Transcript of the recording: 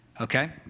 okay